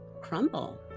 crumble